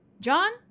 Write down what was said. John